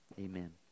Amen